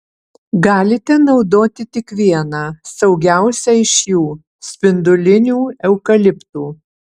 galite naudoti tik vieną saugiausią iš jų spindulinių eukaliptų